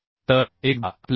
तर एकदा आपल्याला 90